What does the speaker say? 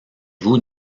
vous